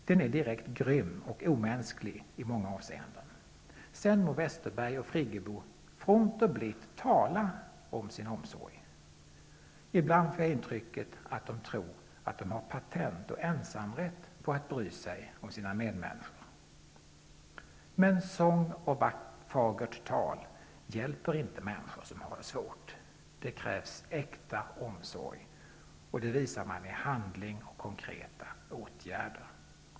Den är direkt grym och omänsklig i många avseenden. Sedan må Westerberg och Friggebo fromt och blitt tala om sin omsorg. Ibland får jag intrycket att de tror att de har patent och ensamrätt på att bry sig om sina medmänniskor. Men sång och fagert tal hjälper inte människor som har det svårt. Det krävs äkta omsorg, och det visar man i handling och med konkreta åtgärder.